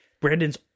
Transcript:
Brandon's